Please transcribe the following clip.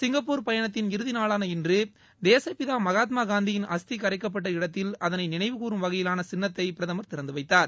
Singapore பயணத்தின் இறுதி நாளான இன்று தேசப்பிதா மகாத்மா காந்தியின் அஸ்தி கரைக்கப்பட்ட இடத்தில் அதனை நினைவுகூறும் வகையிலான சின்னத்தை பிரதமர் திறந்து வைத்தார்